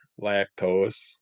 lactose